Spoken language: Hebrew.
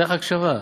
צריך הקשבה.